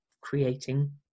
creating